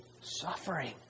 suffering